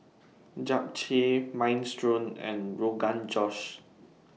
Japchae Minestrone and Rogan Josh